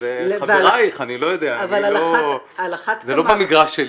זה חברייך, אני לא יודע, זה לא במגרש שלי.